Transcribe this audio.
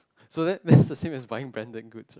so that that's the same as buying branded goods [what]